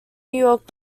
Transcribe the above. york